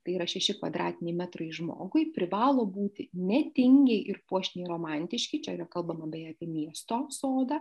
tai yra šeši kvadratiniai metrai žmogui privalo būti ne tingiai ir puošniai romantiški čia ra kalbama beje apie miesto sodą